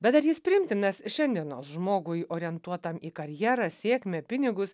bet ar jis priimtinas šiandienos žmogui orientuotam į karjerą sėkmę pinigus